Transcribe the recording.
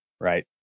right